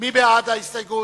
מי בעד ההסתייגות?